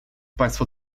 państwo